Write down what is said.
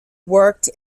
worked